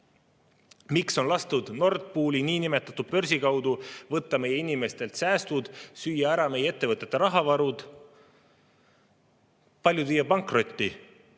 Miks on lastud Nord Pooli niinimetatud börsi kaudu võtta meie inimestelt säästud, süüa ära meie ettevõtete rahavarud, viia paljud pankrotti?